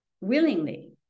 willingly